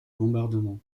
bombardement